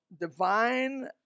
divine